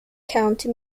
county